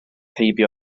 heibio